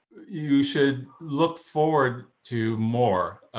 you should look forward to more.